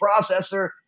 processor